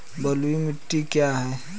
बलुई मिट्टी क्या है?